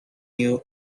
you